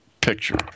picture